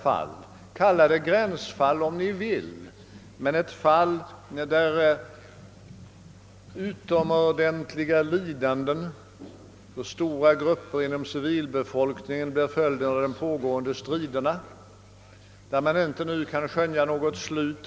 Kalla det gärna ett gränsfall, men det är ett fall där utomordentliga lidanden för stora grupper av civilbefolkningen blir följden av de pågående striderna, på vilka man inte kan skönja något slut.